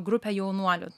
grupę jaunuolių